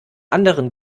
anderen